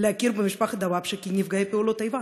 להכיר במשפחת דוואבשה כנפגעי פעולות איבה.